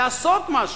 לעשות משהו.